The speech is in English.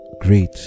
Great